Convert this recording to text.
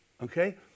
Okay